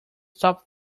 stop